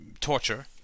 torture